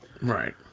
Right